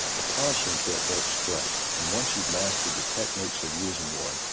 a polishing kit works great. and once you've mastered the techniques of using one,